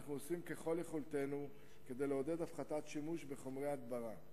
אנחנו עושים ככל יכולתנו לעודד הפחתת שימוש בחומרי הדברה.